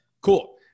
Cool